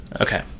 okay